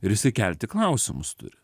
ir išsikelti klausimus turi